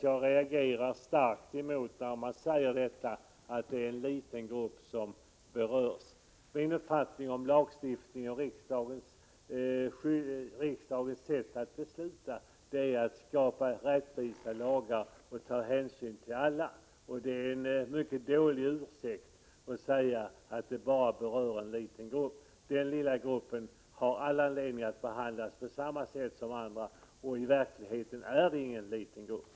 Jag reagerar starkt emot att man säger att det bara är en liten grupp som berörs. Min uppfattning när det gäller lagstiftning och riksdagens sätt att besluta är att det skall skapas rättvisa lagar och att det skall tas hänsyn till alla. Det är en mycket dålig ursäkt, när man säger att det bara berör en liten grupp. Det finns all anledning att behandla denna lilla grupp på samma sätt som alla andra behandlas. Och i verkligheten rör det ju sig inte om någon liten grupp.